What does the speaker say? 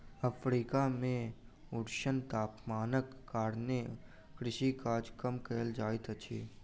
Africa मे ऊष्ण तापमानक कारणेँ कृषि काज कम कयल जाइत अछि